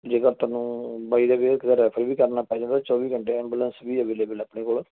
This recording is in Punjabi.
ਜੇਕਰ ਤੁਹਾਨੂੰ ਬਾਈ ਦਾ ਵੇਅ ਕਿਤੇ ਰੈਫਰ ਵੀ ਕਰਨਾ ਪੈ ਜਾਂਦਾ ਚੌਵੀ ਘੰਟੇ ਐਬੂਲੈਂਸ ਵੀ ਅਵੇਲੇਬਲ ਹੈ ਆਪਣੇ ਕੋਲ